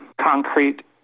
concrete